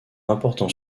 important